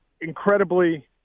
incredibly